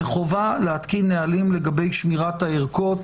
וחובה להתקין נהלים לגבי שמירת הערכות